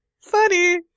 Funny